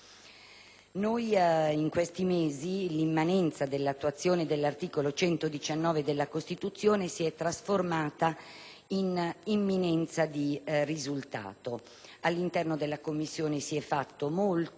In questi mesi, l'immanenza dell'attuazione dell'articolo 119 della Costituzione si è trasformata in imminenza di risultato. All'interno della Commissione si è fatto molto